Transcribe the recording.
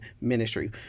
ministry